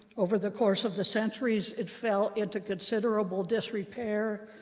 over the course of the centuries, it fell into considerable disrepair.